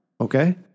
Okay